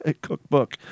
cookbook